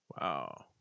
Wow